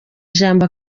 ijambo